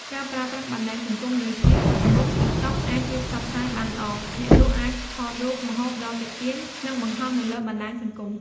ការប្រើប្រាស់បណ្ដាញសង្គមដូចជា ហ្វេសបុក (Facebook), តិកតុក (TikTok) អាចជួយផ្សព្វផ្សាយបានល្អ អ្នកលក់អាចថតរូបម្ហូបដ៏ទាក់ទាញ និងបង្ហោះនៅលើបណ្ដាញសង្គម។